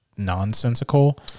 nonsensical